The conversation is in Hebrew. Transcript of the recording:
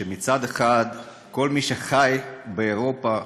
שמצד אחד כל מי שחי באירופה